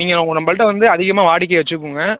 நீங்கள் உங்கள் நம்மள்ட்ட வந்து அதிகமாக வாடிக்கை வைச்சுக்கோங்க